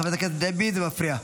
חברת הכנסת דבי, זה מפריע.